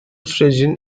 sürecin